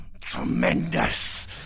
Tremendous